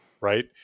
right